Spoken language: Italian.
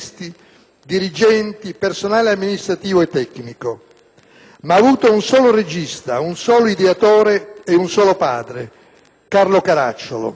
dirigenti, personale amministrativo e tecnico), ma ha avuto un solo regista, un solo ideatore e un solo padre: Carlo Caracciolo.